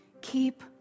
keep